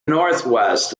northwest